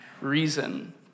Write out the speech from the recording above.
reason